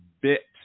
bit